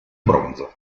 bronzo